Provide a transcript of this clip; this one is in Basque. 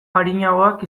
arinagoak